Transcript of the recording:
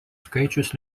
skaičius